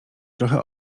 trochę